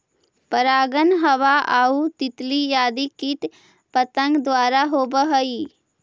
परागण हवा आउ तितली आदि कीट पतंग द्वारा होवऽ हइ